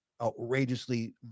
outrageously